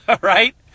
right